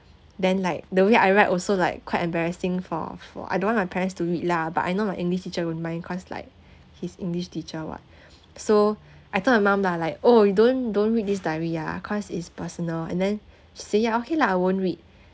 then like the way I write also like quite embarrassing for for I don't want my parents to read lah but I know my english teacher won't mind cause like he's english teacher [what] so I told my mum lah like oh you don't don't read this diary ah cause it's personal and then she say ya okay lah I won't read